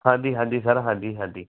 ਹਾਂਜੀ ਹਾਂਜੀ ਸਰ ਹਾਂਜੀ ਹਾਂਜੀ